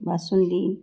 basundi